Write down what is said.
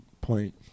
point